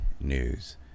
news